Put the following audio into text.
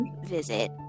visit